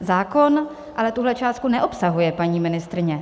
Zákon ale tuhle částku neobsahuje, paní ministryně.